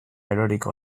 eroriko